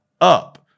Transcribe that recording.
up